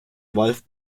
wolf